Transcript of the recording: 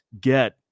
get